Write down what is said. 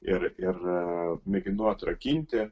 ir ir mėginu atrakinti